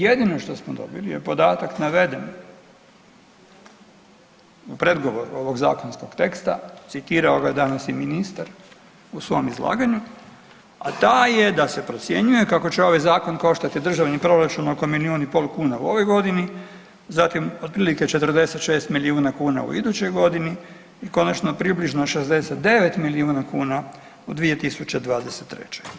Jedino što smo dobili je podatak naveden u predgovoru ovog zakonskog teksta, citirao ga je danas i ministar u svom izlaganju, a taj je da se procjenjuje kako će ovaj zakon koštati državni proračun oko milijun i pol kuna u ovoj godini, zatim otprilike 46 milijuna kuna u idućoj godini i konačno približno 69 milijuna kuna u 2023.